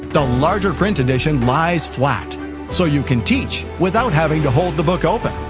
the larger print edition lies flat so you can teach without having to hold the book open.